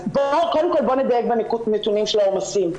אז קודם כל בואו נדייק בנתונים של העומסים,